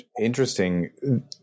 interesting